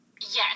Yes